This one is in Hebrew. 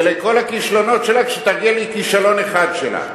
ולכל הכישלונות שלה, כשתראה לי כישלון אחד שלה.